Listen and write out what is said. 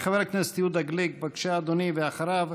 חבר הכנסת יהודה גליק, בבקשה, אדוני, ואחריו,